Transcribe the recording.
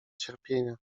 cierpienia